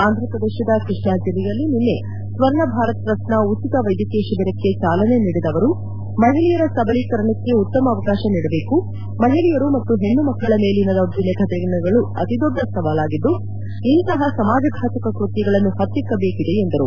ಆಂಧ್ರ ಪ್ರದೇಶದ ಕೃಷ್ಣಾ ಜಿಲ್ಲೆಯಲ್ಲಿ ನಿನ್ನೆ ಸ್ವರ್ಣ ಭಾರತ್ ಟ್ರಸ್ಟ್ನ ಉಚಿತ ವೈದ್ಯಕೀಯ ಶಿಬಿರಕ್ಕೆ ಚಾಲನೆ ನೀಡಿದ ಅವರು ಮಹಿಳೆಯರ ಸಬಲೀಕರಣಕ್ಕೆ ಉತ್ತಮ ಅವಕಾಶ ನೀಡಬೇಕು ಮಹಿಳೆಯರು ಮತ್ತು ಹೆಣ್ಣು ಮಕ್ಕಳ ಮೇಲಿನ ದೌರ್ಜನ್ಯ ಘಟನೆಗಳು ಅತಿದೊಡ್ಡ ಸವಾಲಾಗಿದ್ದು ಇಂತಪ ಸಮಾಜಘಾತುಕ ಕೃತ್ವಗಳನ್ನು ಪತ್ತಿಕ್ಕಬೇಕಿದೆ ಎಂದರು